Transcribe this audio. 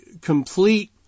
complete